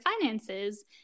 finances